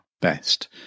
best